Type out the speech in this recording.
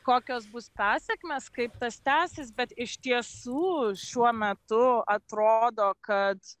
kokios bus pasekmės kaip tas tęsis bet iš tiesų šiuo metu atrodo kad